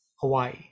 Hawaii